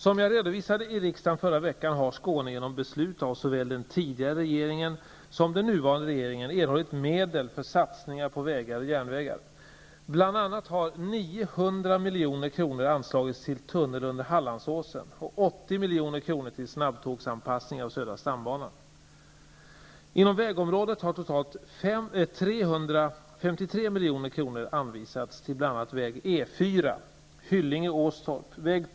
Som jag redovisade i riksdagen förra veckan har Skåne genom beslut av såväl den tidigare regeringen som den nuvarande regeringen erhållit medel för satsningar på vägar och järnvägar. Bl.a. har 900 milj.kr. anslagits till en tunnel under Hallandsåsen och 80 milj.kr. till snabbtågsanpassning av södra stambanan. Inom vägområdet har totalt 353 milj.kr. anvisats till bl.a.